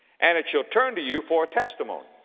and it shall turn to you for a testimony.